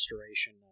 restoration